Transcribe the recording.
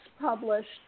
published